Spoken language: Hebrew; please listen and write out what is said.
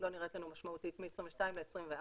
נראית לנו משמעותית, מ-22 ל-24.